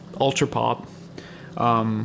ultra-pop